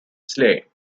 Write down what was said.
slay